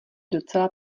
docela